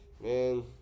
Man